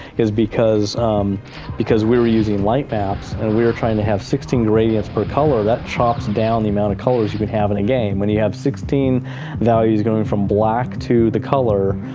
is because because we were using light maps and we were trying to have sixteen gradients per color, that chops down the amount of colors you can have in a game, when you have sixteen values going from black to the color,